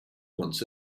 once